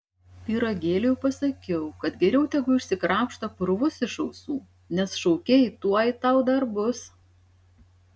pyragėliui pasakiau kad geriau tegu išsikrapšto purvus iš ausų nes šaukei tuoj tau dar bus